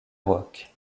rock